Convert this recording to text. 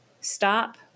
Stop